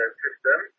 system